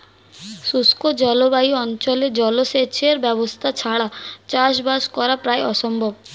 শুষ্ক জলবায়ু অঞ্চলে জলসেচের ব্যবস্থা ছাড়া চাষবাস করা প্রায় অসম্ভব